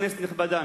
כנסת נכבדה,